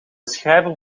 schrijver